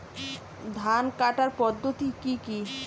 ধান কাটার পদ্ধতি কি কি?